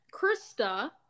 Krista